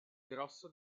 grosso